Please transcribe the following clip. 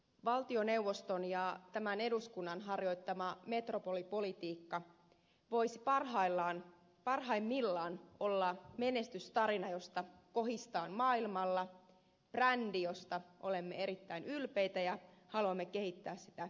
valtioneuvoston ja tämän eduskunnan harjoittama metropolipolitiikka voisi parhaimmillaan olla menestystarina josta kohistaan maailmalla brändi josta olemme erittäin ylpeitä ja jota haluamme kehittää yhdessä